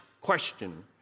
question